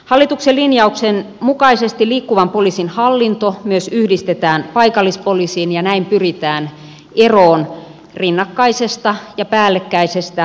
hallituksen linjauksen mukaisesti liikkuvan poliisin hallinto myös yhdistetään paikallispoliisiin ja näin pyritään eroon rinnakkaisesta ja päällekkäisestä hallintorakenteesta